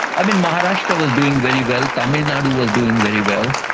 i mean, maharashtra was doing very well, tamil nadu was doing very well.